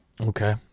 Okay